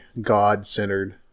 God-centered